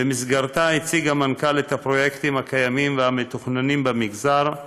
ובמסגרתה הציג המנכ"ל את הפרויקטים הקיימים והמתוכננים במגזר,